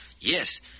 Yes